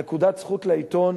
זאת נקודת זכות לעיתון.